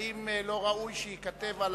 האם לא ראוי שייכתב על